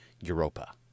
Europa